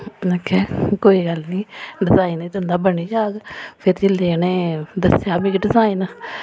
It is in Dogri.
में आखेआ कोई गल्ल नि डिजाइन एह् तुंदा बनी जाग फिर जिल्लै उ'नें दस्सेआ मिगी डिजाइन